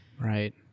Right